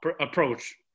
approach